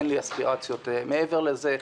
אין לי אספירציות מעבר לזה.